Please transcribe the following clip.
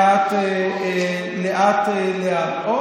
לאט-לאט.